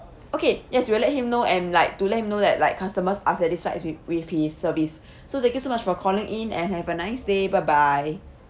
okay yes we'll let him know and like to let him know that like customers are satisfied with with his service so thank you so much for calling in and have a nice day bye bye